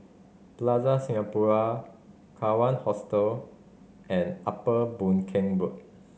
Plaza Singapura Kawan Hostel and Upper Boon Keng Road